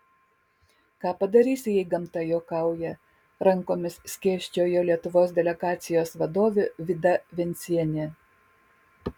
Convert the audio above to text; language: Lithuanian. ką padarysi jei gamta juokauja rankomis skėsčiojo lietuvos delegacijos vadovė vida vencienė